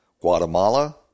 Guatemala